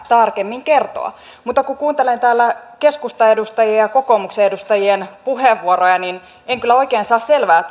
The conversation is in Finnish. tarkemmin kertoa mutta kun kuuntelen täällä keskustan edustajien ja kokoomuksen edustajien puheenvuoroja niin en kyllä oikein saa selvää